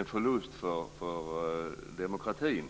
en förlust för demokratin.